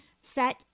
set